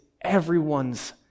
everyone's